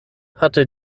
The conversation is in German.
hatte